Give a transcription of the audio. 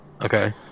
okay